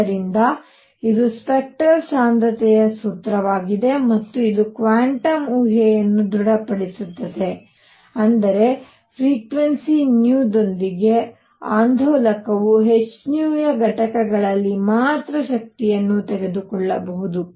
ಆದ್ದರಿಂದ ಇದು spectral spectral ಸಾಂದ್ರತೆಯ ಸೂತ್ರವಾಗಿದೆ ಮತ್ತು ಇದು ಕ್ವಾಂಟಮ್ ಊಹೆಯನ್ನು ದೃಡಪಡಿಸುತ್ತದೆ ಅಂದರೆ ಫ್ರೀಕ್ವನ್ಸಿ ದೊಂದಿಗೆ ಆಂದೋಲಕವು hಯ ಘಟಕಗಳಲ್ಲಿ ಮಾತ್ರ ಶಕ್ತಿಯನ್ನು ತೆಗೆದುಕೊಳ್ಳಬಹುದು